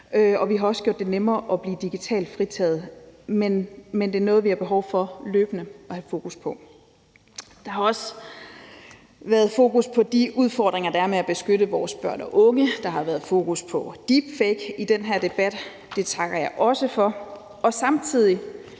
og vi har også gjort det nemmere at blive digitalt fritaget. Men det er noget, vi har behov for løbende at have fokus på. Der har også været fokus på de udfordringer, der er med at beskytte vores børn og unge, og der har været fokus på deepfakes. Det takker jeg også for, og samtidig